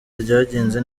ryagenze